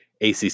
ACC